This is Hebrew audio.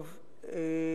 ראשית,